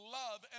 love